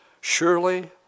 surely